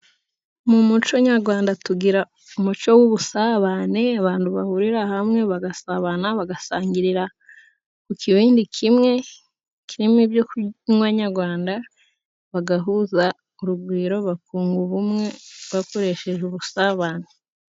Mu muco nyarwanda tugira umuco w'ubusabane abantu bahurira hamwe bagasabana bagasangirira ku kibindi kimwe kirimo ibyo kunywa nyarwanda bagahuza urugwiro bakunga ubumwe bakoresheje ubusabane